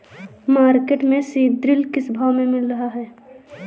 Market में seed drill किस भाव में मिल रहा है?